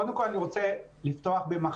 אבל קודם כול אני רוצה לפתוח במחמאה.